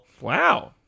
Wow